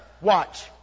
Watch